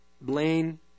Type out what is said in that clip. Blaine